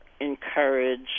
encourage